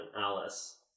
Alice